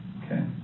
okay